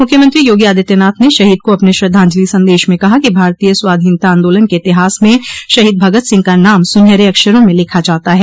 मुख्यमंत्री योगी आदित्यनाथ ने शहीद को अपने श्रद्धाजंलि संदेश में कहा कि भारतीय स्वाधीनता आन्दोलन के इतिहास में शहीद भगत सिंह का नाम सुनहरे अक्षरों में लिखा जाता है